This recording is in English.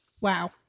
wow